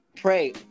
pray